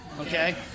Okay